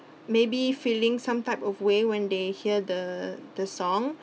maybe feeling some type of way when they hear the the song